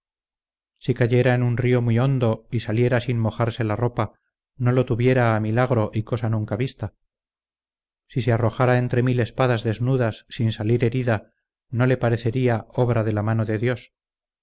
si cayera en un río muy hondo y saliera sin mojarse la ropa no lo tuviera a milagro y cosa nunca vista si se arrojara entre mil espadas desnudas sin salir herida no le parecería obra de la mano de dios